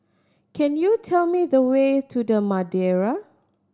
can you tell me the way to The Madeira